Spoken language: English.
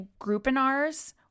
groupinars